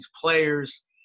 players